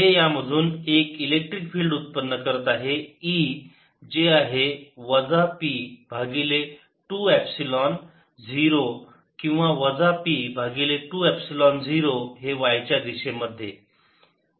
हे यामधून एक इलेक्ट्रिक फील्ड उत्पन्न करत आहे E जे आहे वजा p भागिले 2 एपसिलोन 0 किंवा वजा p भागिले 2 एपसिलोन 0 हे y च्या दिशेमध्ये